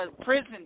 prison